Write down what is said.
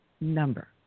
number